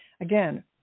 Again